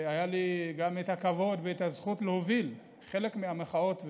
היה לי גם כבוד והזכות להוביל חלק מהמחאות,